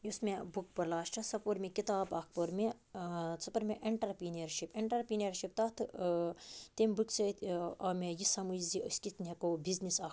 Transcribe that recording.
یُس مےٚ بُک پٔر لا چھُ سۄ پٔر مےٚ کِتاب اَکھ پٔر مےٚ آ سۄ پٔر مےٚ انٹَرپرینرشِپ انٹَرپرینرشِپ تَتھ تَمہِ بُکہِ سۭتۍ آو مےٚ یہِ سَمٕجھ زِ أسۍ کِتھٕ کٔنۍ ہٮ۪کو بِزنِس اَکھ